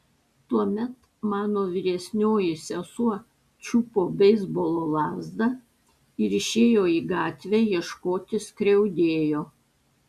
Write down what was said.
tuomet mano vyresnioji sesuo čiupo beisbolo lazdą ir išėjo į gatvę ieškoti skriaudėjo